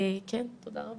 תודה רבה.